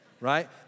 right